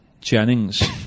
Jennings